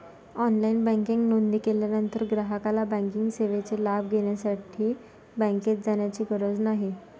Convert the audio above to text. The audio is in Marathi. ऑनलाइन बँकिंग नोंदणी केल्यानंतर ग्राहकाला बँकिंग सेवेचा लाभ घेण्यासाठी बँकेत जाण्याची गरज नाही